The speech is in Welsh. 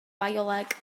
bioleg